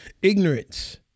Ignorance